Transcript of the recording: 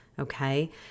okay